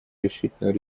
решительную